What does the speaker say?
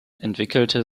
entwickelte